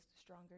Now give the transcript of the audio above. stronger